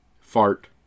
fart